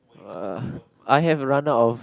err I have run out of